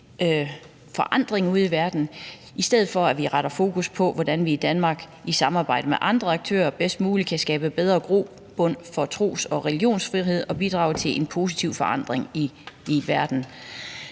forandring ude i verden? Det gør vi ved, at vi retter fokus mod, hvordan vi i Danmark i samarbejde med andre aktører bedst muligt kan skabe bedre grobund for religionsfrihed og bidrage til en positiv forandring i verden.